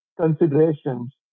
considerations